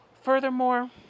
Furthermore